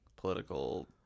political